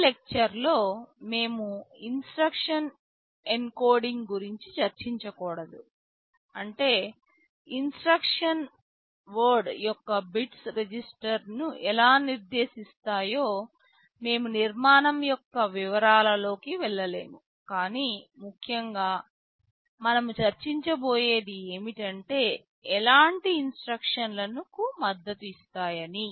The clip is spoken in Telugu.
ఈ లెక్చర్ల లో మేము ఇన్స్ట్రక్షన్ ఎన్కోడింగ్ గురించి చర్చించకూడదు అంటే ఇన్స్ట్రక్షన్ వర్డ్ యొక్క బిట్స్ రిజిస్టర్లను ఎలా నిర్దేశిస్తాయో మేము నిర్మాణం యొక్క వివరాలలోకి వెళ్ళలేము కాని ముఖ్యంగా మనం చర్చించబోయేది ఏమిటంటే ఎలాంటి ఇన్స్ట్రక్షన్ లకు మద్దతు ఇస్తాయని